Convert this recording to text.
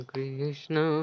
Krishna